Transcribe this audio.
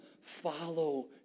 follow